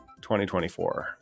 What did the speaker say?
2024